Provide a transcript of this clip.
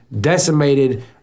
decimated